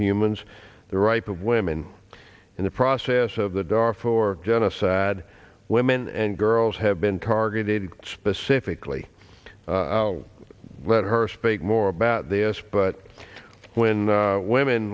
humans the rights of women in the process of the door for genocide women and girls have been targeted specifically let her speak more about this but when women